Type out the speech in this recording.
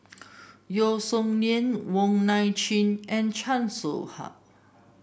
Yeo Song Nian Wong Nai Chin and Chan Soh Ha